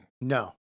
No